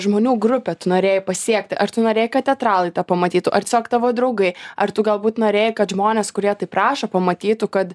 žmonių grupę tu norėjai pasiekti ar tu norėjai kad teatralai tą pamatytų ar tiesiog tavo draugai ar tu galbūt norėjai kad žmonės kurie taip rašo pamatytų kad